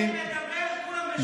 כולם גיבורים לדבר מ-70 80 קילומטרים.